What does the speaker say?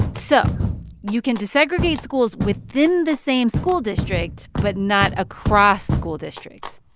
so you can desegregate schools within the same school district but not across school districts.